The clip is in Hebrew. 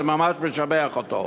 אני ממש משבח אותו.